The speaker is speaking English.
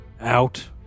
out